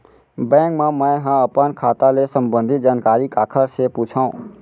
Bank मा मैं ह अपन खाता ले संबंधित जानकारी काखर से पूछव?